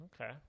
Okay